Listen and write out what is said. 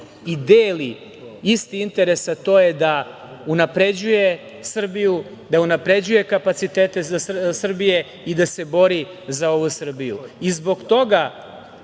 i deli isti interes, a to je da unapređuje Srbiju, da unapređuje kapacitete Srbije i da se bori za ovu Srbiju. Zbog toga